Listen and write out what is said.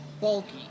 bulky